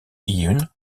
hyun